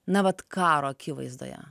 na vat karo akivaizdoje